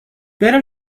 بریم